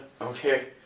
Okay